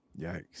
Yikes